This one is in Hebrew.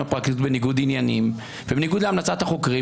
הפרקליטות בניגוד עניינים ובניגוד להמלצת החוקרים.